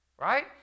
right